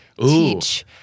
teach